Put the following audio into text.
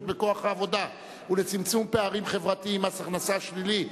בכוח העבודה ולצמצום פערים חברתיים (מס הכנסה שלילי)